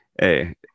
Hey